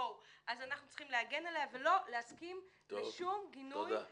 אז אנחנו צריכים להגן עליה ולא להסכים לשום גינוי ותקיפה.